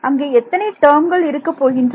அங்கே எத்தனை டேர்ம்கள் இருக்கப் போகின்றன